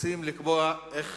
רוצים לקבוע איך